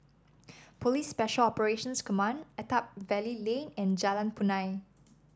Police Special Operations Command Attap Valley Lane and Jalan Punai